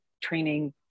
training